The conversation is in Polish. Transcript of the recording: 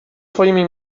swoimi